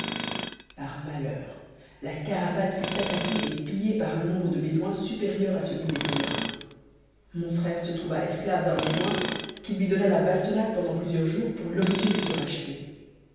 par malheur la caravane fut attaquée et pillée par un nombre de bédouins supérieur a celui des pèlerins mon frèt se trouva esclave d'un bédouin qui lui donna la bastonnade pendant plusieurs jours pour l'obliger de se racheter